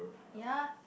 ya